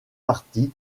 party